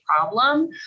problem